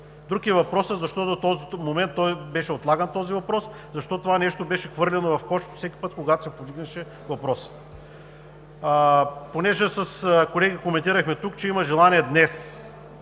Друг е въпросът защо до този момент беше отлаган този въпрос. Защо това нещо беше хвърляно в кошчето всеки път, когато се повдигнеше въпросът? Понеже с колеги коментирахме тук, че има желание днес